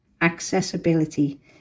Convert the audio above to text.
Accessibility